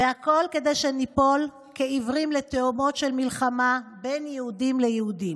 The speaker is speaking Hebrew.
והכול כדי שניפול כעיוורים לתהומות של מלחמה בין יהודים ליהודים,